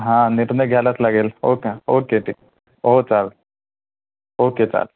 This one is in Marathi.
हां निर्णय घ्यायलाच लागेल ओके ओके ठीक हो चालेल ओके चालेल